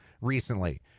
recently